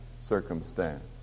circumstance